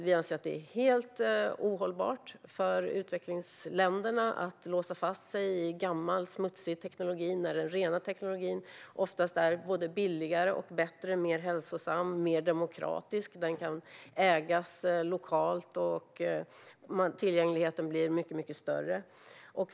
Vi anser att det är helt ohållbart för utvecklingsländerna att låsa fast sig i gammal smutsig teknik när den rena tekniken oftast är billigare, bättre, hälsosammare och mer demokratisk. Den kan ägas lokalt, och tillgängligheten blir mycket större.